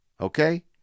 Okay